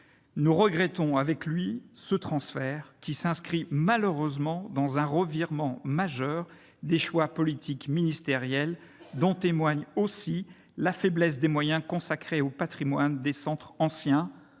Nous regrettons avec lui ce transfert, qui s'inscrit malheureusement dans un revirement majeur des choix politiques ministériels, dont témoignent aussi la faiblesse des moyens consacrés au patrimoine des centres anciens